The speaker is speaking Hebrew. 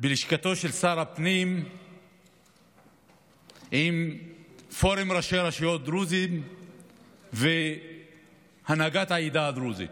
בלשכתו של שר הפנים עם פורום ראשי רשויות דרוזים והנהגת העדה הדרוזית